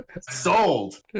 Sold